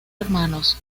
hermanos